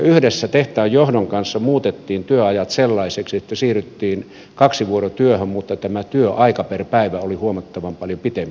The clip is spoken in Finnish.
yhdessä tehtaan johdon kanssa muutettiin työajat sellaisiksi että siirryttiin kaksivuorotyöhön mutta tämä työaika per päivä oli huomattavan paljon pitempi tietenkin